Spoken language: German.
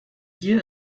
hier